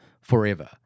forever